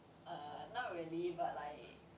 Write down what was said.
err not really but like